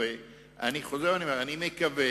אני חוזר ואומר, אני מקווה